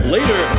Later